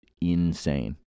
insane